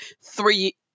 three